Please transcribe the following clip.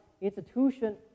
institution